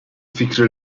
fikri